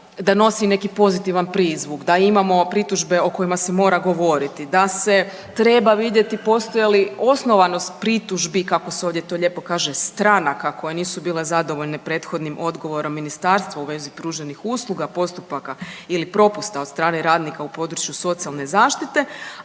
da nosi neki pozitivan prizvuk, da imamo pritužbe o kojima se mora govoriti, da se treba vidjeti postoje li osnovanost pritužbi kako se ovdje to lijepo kaže stranaka koje nisu bile zadovoljne prethodnim odgovorom ministarstva u vezi pruženih usluga, postupaka ili propusta od strane radnika u području socijalne zaštite,